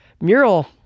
mural